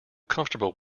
comfortable